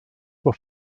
were